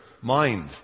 mind